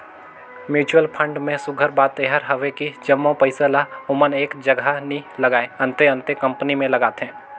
mutual fund में सुग्घर बात एहर हवे कि जम्मो पइसा ल ओमन एक जगहा नी लगाएं, अन्ते अन्ते कंपनी में लगाथें